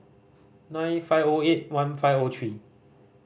nine five O eight one five O three